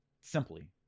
simply